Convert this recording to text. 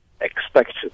expected